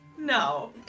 No